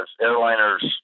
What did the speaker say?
airliners